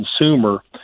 consumer